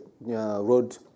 Road